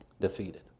defeated